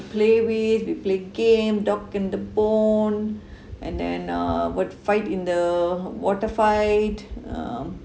play with we play game dog and the bone and then uh what fight in the water fight uh